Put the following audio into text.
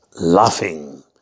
laughing